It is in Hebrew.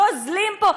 גוזלים פה.